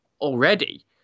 already